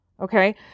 Okay